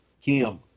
Kim